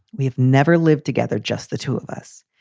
we have never live. together, just the two of us.